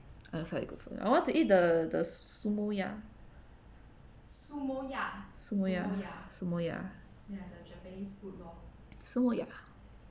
I also like good food I want to eat the the